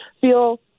feel